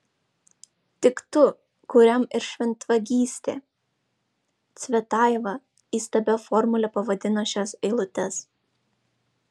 tik tu kuriam ir šventvagystė cvetajeva įstabia formule pavadino šias eilutes